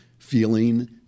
feeling